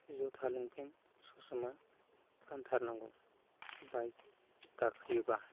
जुथा लंपेन सस'मा गानथार नांगौ बाइक गाखोयोबा